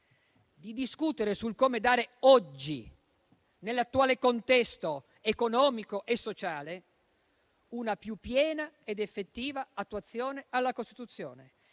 di discutere sul come dare oggi, nell'attuale contesto economico e sociale, una più piena ed effettiva attuazione alla Costituzione